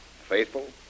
faithful